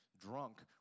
drunk